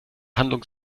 handlung